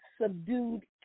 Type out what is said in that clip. subdued